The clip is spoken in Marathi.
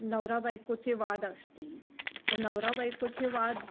नवरा बायकोचे वाद असतील त नवरा बायकोचे वाद